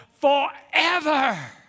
forever